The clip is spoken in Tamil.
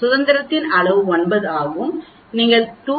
சுதந்திரத்தின் அளவு 9 ஆகும் நீங்கள் 2